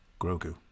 Grogu